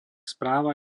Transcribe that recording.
správa